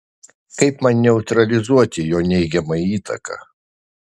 kaip man neutralizuoti jo neigiamą įtaką